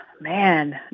Man